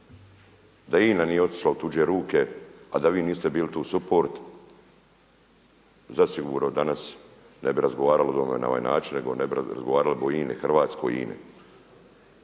Da INA nije otišla u tuđe ruke a da vi niste bili tu suport zasigurno danas ne bi razgovarali o ovome na ovaj način nego ne bi razgovarali o INA-i, hrvatskoj INA-i.